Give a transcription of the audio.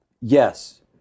Yes